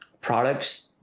products